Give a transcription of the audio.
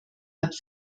hat